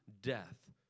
death